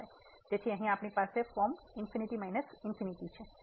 તેથી કે આ શબ્દ અહીં તેથી આપણી પાસે ∞∞ ફોર્મ છે